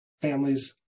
families